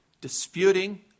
disputing